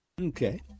Okay